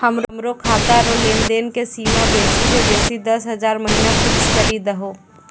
हमरो खाता रो लेनदेन के सीमा बेसी से बेसी दस हजार महिना फिक्स करि दहो